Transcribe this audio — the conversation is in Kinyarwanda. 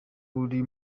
uri